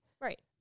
right